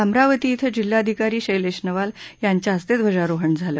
अमरावती क्षें जिल्हाधिकारी शैलेश नवाल यांच्या हस्ते ध्वजारोहण झालं